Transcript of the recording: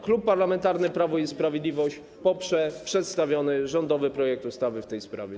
Klub Parlamentarny Prawo i Sprawiedliwość poprze przedstawiony rządowy projekt ustawy w tej sprawie.